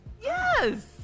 Yes